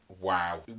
wow